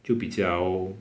就比较